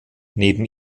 neben